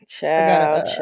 ciao